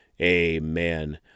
amen